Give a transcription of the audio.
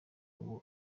aba